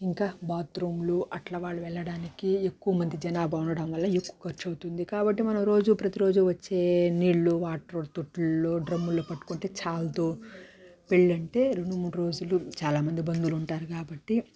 ఇంకా బాత్రూంలు అట్లా వాళ్ళు వెళ్లడానికి ఎక్కువ మంది జనాభా ఉండడం వల్ల ఎక్కువ ఖర్చు అవుతుంది కాబట్టి మనం రోజు ప్రతిరోజు వచ్చే నీళ్ళు వాటరు తొట్టుల్లో డ్రమ్ముల్లో పట్టుకుంటే చాలదు పెళ్ళంటే రెండు మూడు రోజులు చాలామంది బంధువులు ఉంటారు కాబట్టి